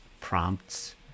prompts